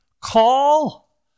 call